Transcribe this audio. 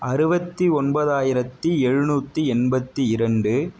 அறுபத்தி ஒன்பதாயிரத்து எழுநூற்றி எண்பத்து இரண்டு